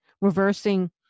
reversing